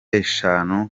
eshanu